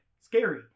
scary